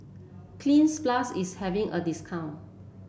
Cleanz Plus is having a discount